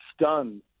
stunned